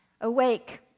Awake